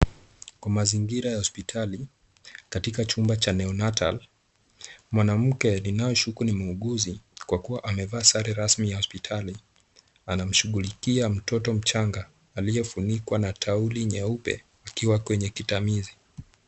Kwa mazingira ya hospitali, katika chumba cha neonatal ,mwanamke, ninayeshuku ni muuguzi kwa kuwa amevaa sare rasmi ya hospitali. Anamshughulikia mtoto mchanga aliyefunikwa na tauli nyeupe, akiwa kwenye kitamizi.